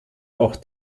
auch